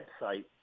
website